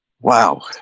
wow